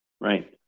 Right